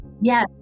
Yes